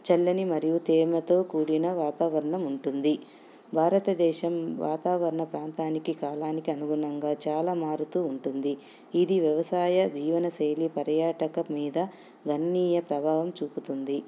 చల్లని మరియు తేమతో కూడిన వాతావరణం ఉంటుంది భారతదేశం వాతావరణ ప్రాంతానికి కాలానికి అనుగుణంగా చాలా మారుతు ఉంటుంది ఇది వ్యవసాయ జీవనశైలి పర్యాటకం మీద గణనీయ ప్రభావం చూపుతుంది